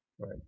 Right